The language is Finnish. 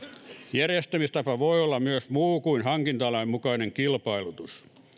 järjestämistapa voi olla myös muu kuin hankintalain mukainen kilpailutus